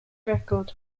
record